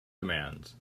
commands